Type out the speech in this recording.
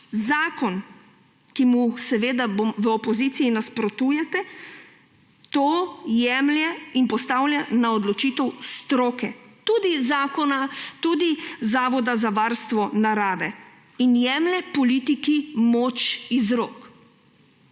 zakon, ki mu seveda v opoziciji nasprotujete, to jemlje in postavlja v odločitev stroke, tudi Zavoda za varstvo narave, in jemlje politiki moč iz rok.